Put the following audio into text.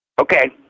Okay